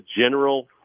general